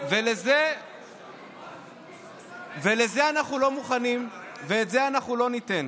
לזה אנחנו לא מוכנים ואת זה אנחנו לא ניתן.